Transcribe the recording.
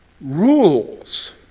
Rules